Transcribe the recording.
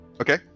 Okay